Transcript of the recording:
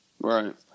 Right